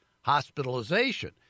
hospitalization